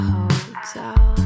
Hotel